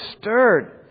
stirred